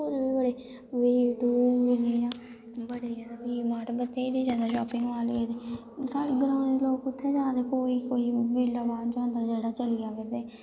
होर बी बड़े जादा बेबमॉल शापिंग मॉल होई दे हून साढ़े ग्रांऽ दे लोग कुत्थें जा दे कोई कोई बेह्ल्ला गै होंदा जेह्ड़ा चली जंदा ते